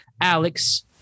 Alex